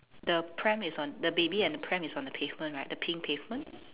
the pram is on the baby and the pram is on the pavement right the pink pavement